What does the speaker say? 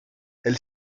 elle